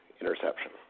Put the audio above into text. interception